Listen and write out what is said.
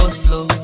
slow